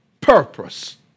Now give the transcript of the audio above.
purpose